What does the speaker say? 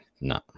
no